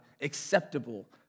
acceptable